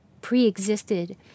pre-existed